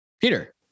Peter